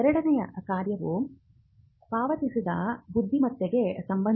ಎರಡನೆಯ ಕಾರ್ಯವು ಪಾವತಿಸಿದ ಬುದ್ಧಿಮತ್ತೆಗೆ ಸಂಬಂಧಿಸಿದೆ